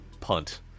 punt